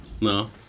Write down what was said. No